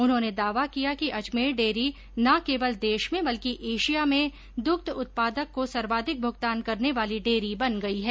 उन्होंने दावा किया कि अजमेर डेयरी न केवल देश में बल्कि एशिया में द्ग्ध उत्पादक को सर्वाधिक भ्गतान करने वाली डेयरी बन गयी है